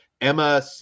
emma